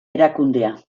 erakundea